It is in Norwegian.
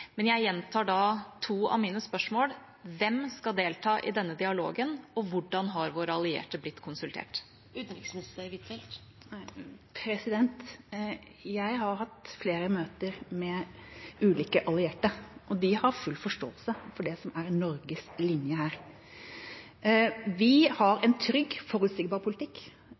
men jeg gjentar da to av mine spørsmål: Hvem skal delta i denne dialogen, og hvordan har våre allierte blitt konsultert? Jeg har hatt flere møter med ulike allierte, og de har full forståelse for det som er Norges linje her. Vi har en trygg, forutsigbar politikk